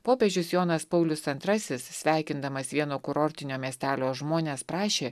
popiežius jonas paulius antrasis sveikindamas vieno kurortinio miestelio žmones prašė